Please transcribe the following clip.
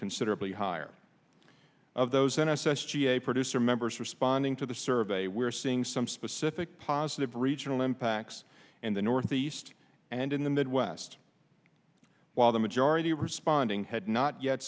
considerably higher of those in s s g a producer members responding to the survey we're seeing some specific positive regional impacts in the northeast and in the midwest while the majority responding had not yet